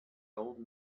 old